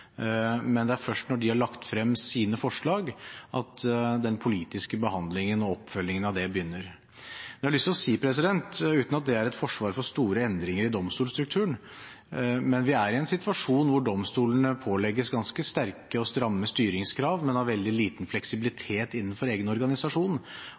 Men det er først når de har lagt frem sine forslag at den politiske behandlingen og oppfølgingen av det begynner. Jeg har lyst til å si, uten at det er et forsvar for store endringer i domstolstrukturen, at vi er i en situasjon hvor domstolene pålegges ganske sterke og stramme styringskrav, men har veldig liten fleksibilitet innenfor egen organisasjon.